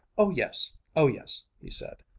oh yes, oh yes, he said,